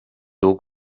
dur